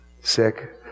sick